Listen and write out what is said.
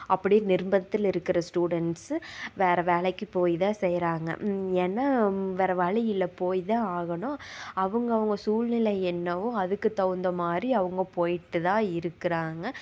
அப்படி நிர்பத்துல இருக்கிற ஸ்டூடெண்ட்ஸு வேறே வேலைக்கு போய் தான் செய்கிறாங்க ஏன்னால் வேறே வழி இல்லை போய் தான் ஆகணும் அவுங்கவங்க சூழ்நிலை என்னவோ அதுக்கு தகுந்தமாதிரி அவங்க போயிகிட்டு தான் இருக்கிறாங்க